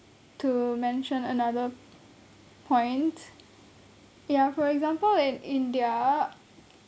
mention another point ya for example in india